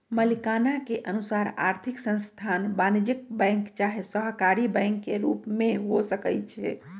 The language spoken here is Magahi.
मलिकाना के अनुसार आर्थिक संस्थान वाणिज्यिक बैंक चाहे सहकारी बैंक के रूप में हो सकइ छै